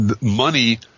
Money